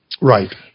Right